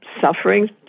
suffering